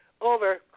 over